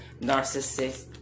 narcissist